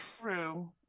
True